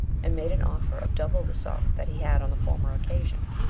and made an offer of double the sum that he had on the former occasion.